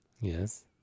Yes